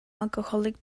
alcoholic